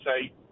say